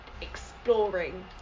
exploring